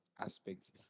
aspects